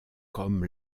comme